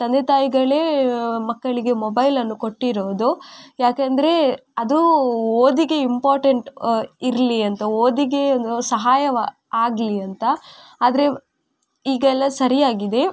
ತಂದೆ ತಾಯಿಗಳೇ ಮಕ್ಕಳಿಗೆ ಮೊಬೈಲನ್ನು ಕೊಟ್ಟಿರುವುದು ಯಾಕೆಂದರೆ ಅದು ಓದಿಗೆ ಇಂಪಾರ್ಟೆಂಟ್ ಇರಲಿ ಅಂತ ಓದಿಗೆ ಸಹಾಯವ ಆಗಲಿ ಅಂತ ಆದರೆ ಈಗ ಎಲ್ಲ ಸರಿ ಆಗಿದೆ